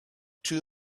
two